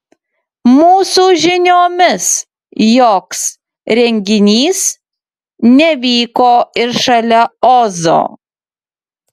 mūsų žiniomis joks renginys nevyko ir šalia ozo